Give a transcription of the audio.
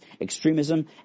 extremism